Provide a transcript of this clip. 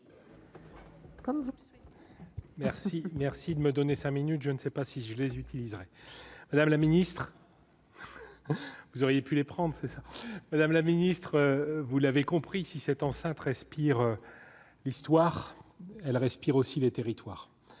Merci, merci de me donner cinq minutes je ne sais pas si je les utiliserai, Madame la Ministre, vous auriez pu les prendre, c'est ça, madame la ministre, vous l'avez compris si cette enceinte respire l'histoire elle respire aussi les territoires